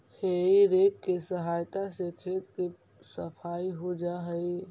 हेइ rake के सहायता से खेत के सफाई हो जा हई